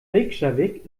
reykjavík